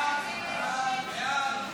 סעיף 2, כהצעת הוועדה, נתקבל.